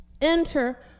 enter